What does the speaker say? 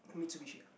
Mitsubishi ah